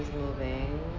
moving